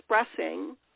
expressing